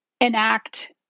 enact